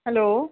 hello